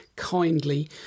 kindly